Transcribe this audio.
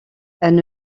elle